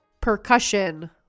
percussion